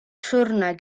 siwrne